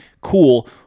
Cool